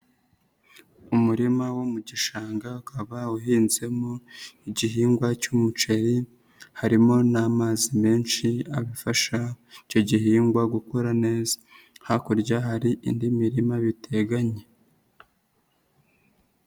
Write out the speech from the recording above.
Umurima wo mu gishanga ukaba uhinzemo igihingwa cy'umuceri, harimo n'amazi menshi afasha icyo gihingwa gukura neza. Hakurya hari indi mirima biteganye.